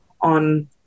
on